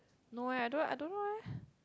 no leh I don't I don't know leh